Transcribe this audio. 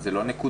זה לא נקודתי?